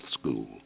School